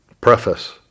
Preface